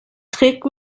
trick